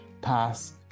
pass